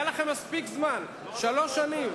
היה לכם מספיק זמן, שלוש שנים,